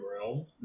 Realm